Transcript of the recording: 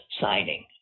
signing